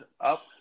up